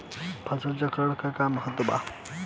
फसल चक्रण क का महत्त्व बा?